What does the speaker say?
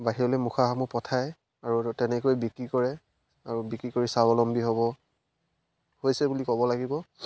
বাহিৰলৈ মুখাসমূহ পঠায় আৰু তেনেকৈ বিক্ৰী কৰে আৰু বিক্ৰী কৰি স্বাৱলম্বী হ'ব হৈছে বুলি ক'ব লাগিব